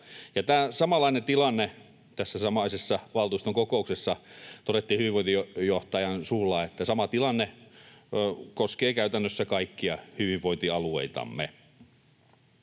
tarkoittavat. Tässä samaisessa valtuuston kokouksessa todettiin hyvinvointijohtajan suulla, että sama tilanne koskee käytännössä kaikkia hyvinvointialueitamme.